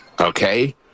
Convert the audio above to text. okay